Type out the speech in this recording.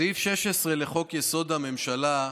סעיף 16 לחוק-יסוד: הממשלה,